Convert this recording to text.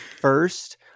first